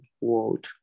world